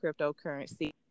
cryptocurrency